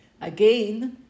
Again